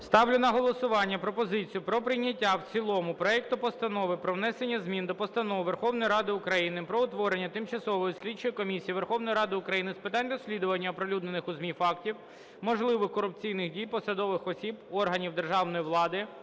Ставлю на голосування пропозицію про прийняття в цілому проект Постанови про внесення змін до Постанови Верховної Ради України "Про утворення Тимчасової слідчої комісії Верховної Ради України з питань розслідування оприлюднених у ЗМІ фактів можливих корупційних дій посадових осіб органів державної влади,